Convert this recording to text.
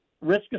risk